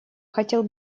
хотел